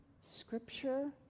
scripture